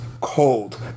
cold